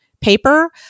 paper